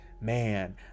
Man